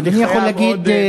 אדוני יכול להגיד,